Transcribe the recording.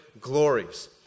glories